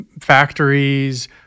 factories